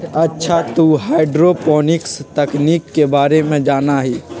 अच्छा तू हाईड्रोपोनिक्स तकनीक के बारे में जाना हीं?